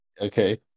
Okay